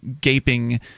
gaping